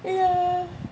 ya